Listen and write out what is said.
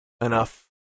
enough